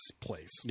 place